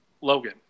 Logan